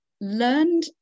learned